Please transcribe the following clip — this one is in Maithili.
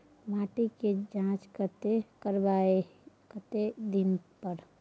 माटी के ज जॉंच कतय से करायब आ कतेक दिन पर?